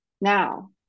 now